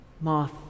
moth